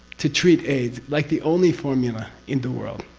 to treat aids. like the only formula in the world.